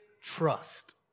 trust